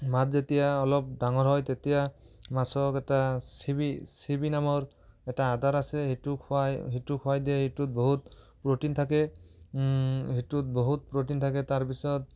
মাছ যেতিয়া অলপ ডাঙৰ হয় তেতিয়া মাছক এটা চিবি চিবি নামৰ এটা আধাৰ আছে সেইটো খুৱাই সেইটো খুৱাই দিয়ে সেইটোত বহুত প্ৰ'টিন থাকে সেইটোত বহুত প্ৰ'টিন থাকে তাৰ পিছত